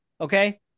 Okay